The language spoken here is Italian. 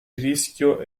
rischio